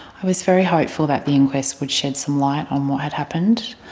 i was very hopeful that the inquest would shed some light on what had happened.